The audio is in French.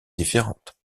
différente